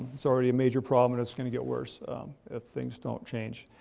it's already a major problem and it's going to get worse if things don't change.